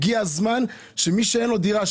הגיע הזמן שמי שאין לו דירה,